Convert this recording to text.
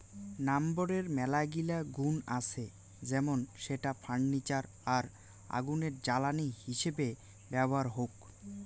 লাম্বরের মেলাগিলা গুন্ আছে যেমন সেটা ফার্নিচার আর আগুনের জ্বালানি হিসেবে ব্যবহার হউক